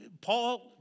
Paul